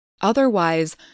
Otherwise